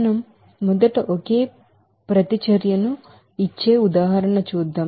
మనం మొదట ఒకే ఒక ప్రతిచర్యను ఇచ్చే ఉదాహరణ చేద్దాం